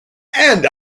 and